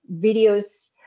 videos